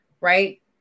right